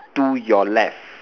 to your left